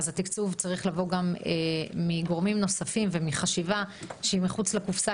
התקצוב צריך לבוא גם מגורמים נוספים ומחשיבה שהיא מחוץ לקופסה